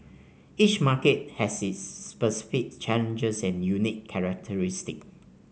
each market has its specific challenges and unique characteristic